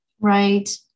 Right